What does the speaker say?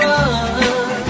run